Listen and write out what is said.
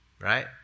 right